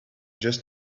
just